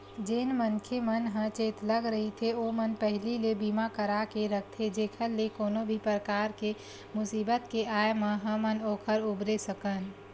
जेन मनखे मन ह चेतलग रहिथे ओमन पहिली ले बीमा करा के रखथे जेखर ले कोनो भी परकार के मुसीबत के आय म हमन ओखर उबरे सकन